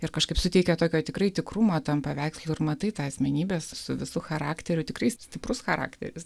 ir kažkaip suteikia tokio tikrai tikrumo tam paveikslui ir matai tą asmenybės su visu charakteriu tikrai stiprus charakteris